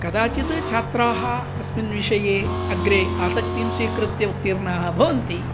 कदाचित् छात्राः तस्मिन् विषये अग्रे आसक्तिं स्वीकृत्य उत्तीर्णाः भवन्ति